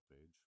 page